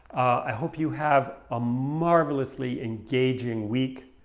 i hope you have a marvelously engaging week,